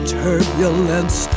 turbulence